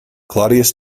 claudius